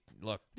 Look